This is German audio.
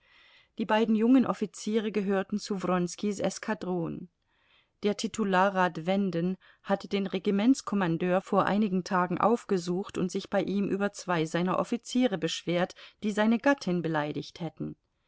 die beiden jungen offiziere gehörten zu wronskis eskadron der titularrat wenden hatte den regimentskommandeur vor einigen tagen aufgesucht und sich bei ihm über zwei seiner offiziere beschwert die seine gattin beleidigt hätten